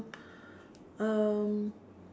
um